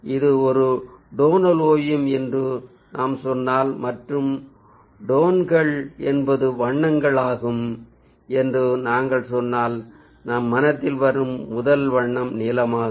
இது ஒரு டோனல் ஓவியம் என்று நாம் சொன்னால் மற்றும் டோன்கள் என்பது வண்ணங்கள் ஆகும் என்று நாங்கள் சொன்னால் நம் மனதில் வரும் முதல் வண்ணம் நீலம் ஆகும்